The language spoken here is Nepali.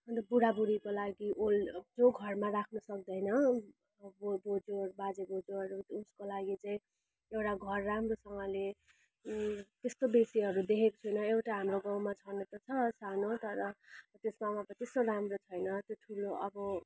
अन्त बुढाबुढीको लागि ओल्ड जो घरमा राख्नसक्दैन अब बोजूहरू बाजेबोजूहरू उसको लागि चाहिँ एउटा घर राम्रोसँगले त्यस्तो व्यक्तिहरू देखेको छुइनँ एउटा हाम्रो गाउँमा छन त छ सानो तर त्यसमा मात्रै त्यस्तो राम्रो छैन त्यो ठुलो अब